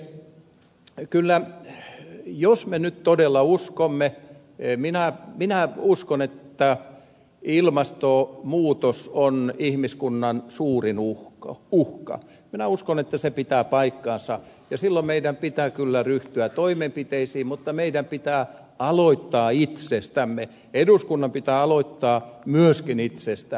mutta arvoisa puhemies jos me nyt todella uskomme että ilmastonmuutos on ihmiskunnan suurin uhka minä uskon että se pitää paikkansa niin silloin meidän pitää kyllä ryhtyä toimenpiteisiin mutta meidän pitää aloittaa itsestämme myöskin eduskunnan pitää aloittaa itsestään